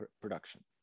production